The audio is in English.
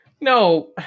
No